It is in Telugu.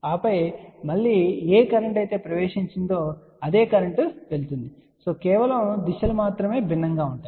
ఆపై మళ్ళీ ఏ కరెంటు అయితే ప్రవేశించిందో అదే కరెంటు వెళుతుంది కేవలం దిశలు భిన్నంగా ఉంటాయి